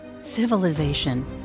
Civilization